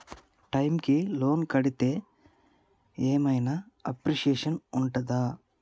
Time కి loan కడ్తే ఏం ఐనా అప్రిషియేషన్ ఉంటదా?